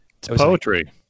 poetry